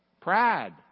pride